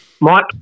Mike